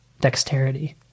dexterity